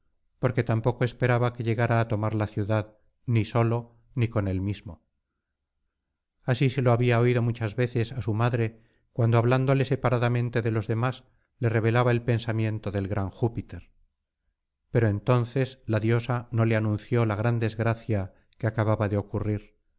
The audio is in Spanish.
porque tampoco esperaba que llegara á tomar la ciudad ni solo ni con él mismo así se lo había oído muchas veces á su madre cuando hablándole separadamente de los demás le revelaba el pensamiento del gran júpiter pero entonces la diosa no le anunció la gran desgracia que acababa de ocurrir